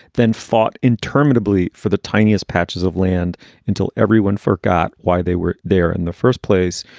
then fought interminably for the tiniest patches of land until everyone forgot why they were there in the first place.